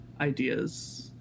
ideas